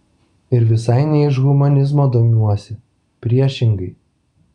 ir visai ne iš humanizmo domiuosi priešingai